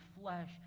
flesh